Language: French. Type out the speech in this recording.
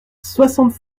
soixante